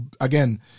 again